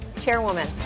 Chairwoman